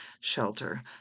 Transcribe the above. shelter